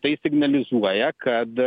tai signalizuoja kad